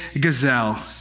gazelle